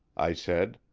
i said,